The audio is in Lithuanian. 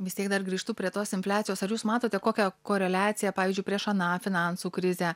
vis tiek dar grįžtu prie tos infliacijos ar jūs matote kokią koreliaciją pavyzdžiui prieš aną finansų krizę